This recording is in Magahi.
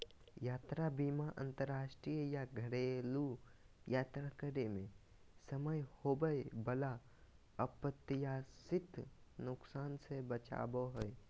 यात्रा बीमा अंतरराष्ट्रीय या घरेलू यात्रा करे समय होबय वला अप्रत्याशित नुकसान से बचाबो हय